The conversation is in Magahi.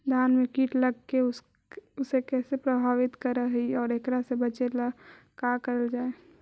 धान में कीट लगके उसे कैसे प्रभावित कर हई और एकरा से बचेला का करल जाए?